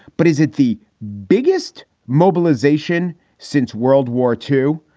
but is it the biggest mobilization since world war two?